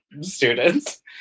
students